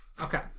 okay